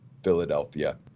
Philadelphia